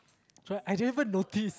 sorry I didn't even notice